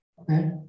Okay